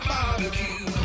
Barbecue